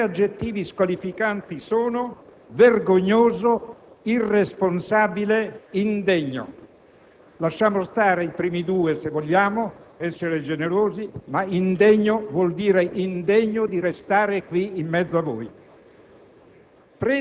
i tre aggettivi squalificanti sono: "vergognoso", "irresponsabile", "indegno". Lasciamo stare i primi due, se vogliamo essere generosi; ma "indegno" vuol dire indegno di restare qui in mezzo a voi.